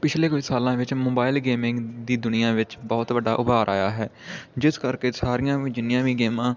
ਪਿਛਲੇ ਕੁਝ ਸਾਲਾਂ ਵਿੱਚ ਮੋਬਾਇਲ ਗੇਮਿੰਗ ਦੀ ਦੁਨੀਆ ਵਿੱਚ ਬਹੁਤ ਵੱਡਾ ਉਭਾਰ ਆਇਆ ਹੈ ਜਿਸ ਕਰਕੇ ਸਾਰੀਆਂ ਵੀ ਜਿੰਨੀਆਂ ਵੀ ਗੇਮਾਂ